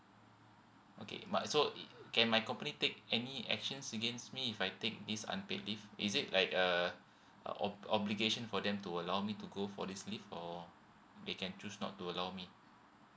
okay but so can my company take any actions against me if I take this unpaid leave is it like uh ob~ obligation for them to allow me to go for this leave or they can choose not to allow me